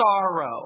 sorrow